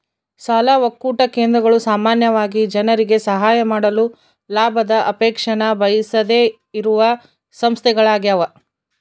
ಸಾಲ ಒಕ್ಕೂಟ ಕೇಂದ್ರಗಳು ಸಾಮಾನ್ಯವಾಗಿ ಜನರಿಗೆ ಸಹಾಯ ಮಾಡಲು ಲಾಭದ ಅಪೇಕ್ಷೆನ ಬಯಸದೆಯಿರುವ ಸಂಸ್ಥೆಗಳ್ಯಾಗವ